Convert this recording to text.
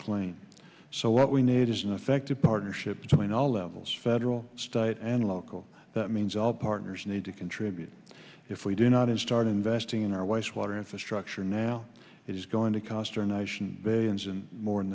clean so what we need is an effective partnership between all levels federal state and local that means all partners need to contribute if we do not and start investing in our waste water infrastructure now it is going to cost or nation